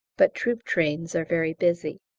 but troop trains are very busy.